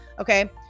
okay